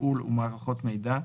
תפעול ומערכות מידע,